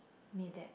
made that